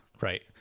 right